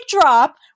drop